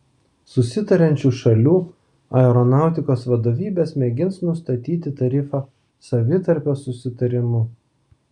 susitariančių šalių aeronautikos vadovybės mėgins nustatyti tarifą savitarpio susitarimu